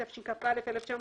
התשכ"א-1961,